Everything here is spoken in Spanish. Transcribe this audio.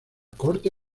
corte